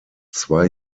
zwei